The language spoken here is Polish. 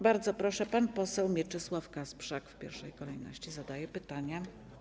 Bardzo proszę, pan poseł Mieczysław Kasprzak w pierwszej kolejności zadaje pytanie.